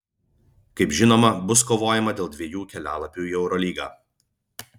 kaip žinoma bus kovojama dėl dviejų kelialapių į eurolygą